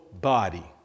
body